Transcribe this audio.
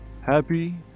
Happy